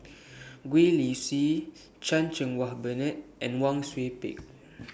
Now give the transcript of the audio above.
Gwee Li Sui Chan Cheng Wah Bernard and Wang Sui Pick